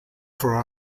for